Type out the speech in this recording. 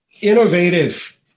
innovative